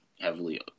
heavily